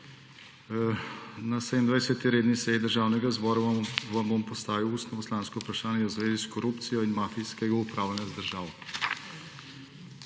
»Na 27. redni seji Državnega zbora vam bom postavil ustno poslansko vprašanje v zvezi s korupcijo in mafijskega upravljanja z državo.«